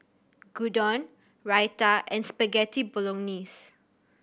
Gyudon Raita and Spaghetti Bolognese